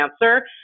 answer